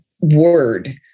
word